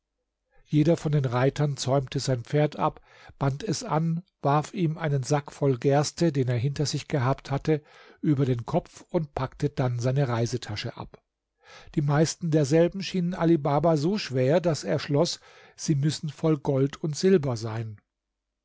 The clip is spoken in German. jeder von den reitern zäumte sein pferd ab band es an warf ihm einen sack voll gerste den er hinter sich gehabt hatte über den kopf und packte dann seine reisetasche ab die meisten derselben schienen ali baba so schwer daß er schloß sie müssen voll gold und silber sein